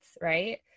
right